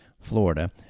Florida